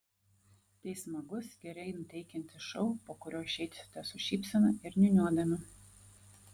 tai smagus gerai nuteikiantis šou po kurio išeisite su šypsena ir niūniuodami